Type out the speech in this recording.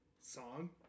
song